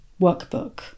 workbook